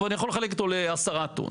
ואני יכול לחלק אותו ל-10 טון.